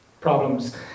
problems